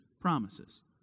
promises